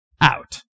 out